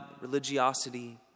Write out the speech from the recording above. religiosity